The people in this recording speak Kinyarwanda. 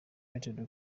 united